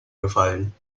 gefallen